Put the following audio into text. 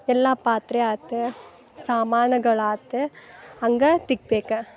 ಎಲ್ಲ ಪಾತ್ರೆ ಆತು ಸಾಮಾನುಗಳಾತು ಹಂಗಾ ತಿಕ್ಬೇಕು